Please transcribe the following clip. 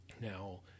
Now